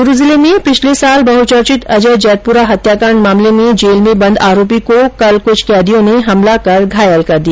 चुरू जिले में पिछले वर्ष बहुचर्चित अजय जैतपुरा हत्याकांड मामले में जेल में बंद आरोपी को कल कुछ कैदियों ने हमला कर घायले कर दिया